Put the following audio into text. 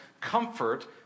comfort